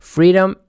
Freedom